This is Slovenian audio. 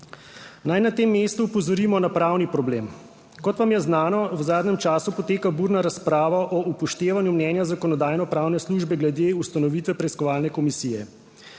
Naj na tem mestu opozorimo na pravni problem. Kot vam je znano, v zadnjem času poteka burna razprava o upoštevanju mnenja Zakonodajno-pravne službe glede ustanovitve preiskovalne komisije.